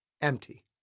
Empty